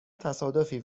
تصادفی